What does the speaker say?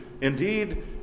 indeed